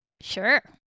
Sure